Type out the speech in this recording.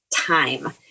time